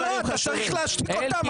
לא, אתה צריך להשתיק אותם.